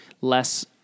less